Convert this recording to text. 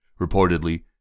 Reportedly